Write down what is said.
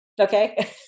Okay